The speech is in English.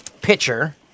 pitcher